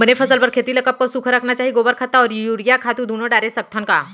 बने फसल बर खेती ल कब कब सूखा रखना चाही, गोबर खत्ता और यूरिया खातू दूनो डारे सकथन का?